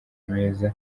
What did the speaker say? meza